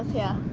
yeah